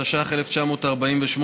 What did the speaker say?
התש"ח 1948,